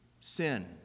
sin